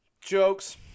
jokes